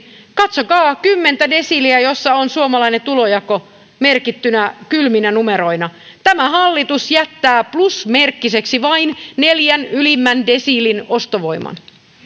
katsokaa kymmentä desiiliä joissa on suomalainen tulonjako merkittynä kylminä numeroina tämä hallitus jättää plusmerkkiseksi vain neljän ylimmän desiilin ostovoiman